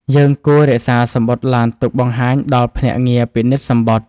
យើងគួររក្សាសំបុត្រឡានទុកបង្ហាញដល់ភ្នាក់ងារពិនិត្យសំបុត្រ។